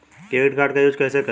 Credit card का use कैसे करें?